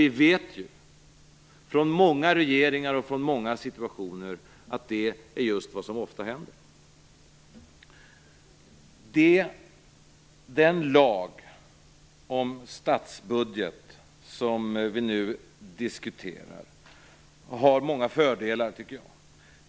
Vi vet ju, från många regeringar och situationer, att det ofta händer. Den lag om statsbudget som vi nu diskuterar har många fördelar, tycker jag.